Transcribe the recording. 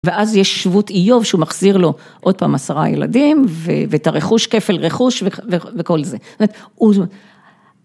ואז יש שבות איוב שהוא מחזיר לו עוד פעם עשרה ילדים ואת הרכוש כפל רכוש וכל זה.